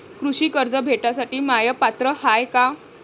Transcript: कृषी कर्ज भेटासाठी म्या पात्र हाय का?